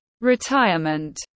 Retirement